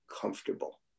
comfortable